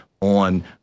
on